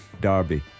Derby